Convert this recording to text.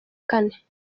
kane